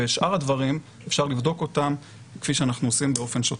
ואת שאר הדברים אפשר לבדוק כפי שאנחנו עושים באופן שוטף.